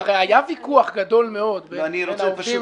הרי היה ויכוח גדול מאוד בין העובדים